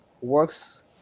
works